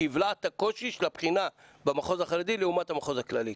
שיבלע את הקושי של הבחינה במחוז החרדי לעומת המחוז הכללי.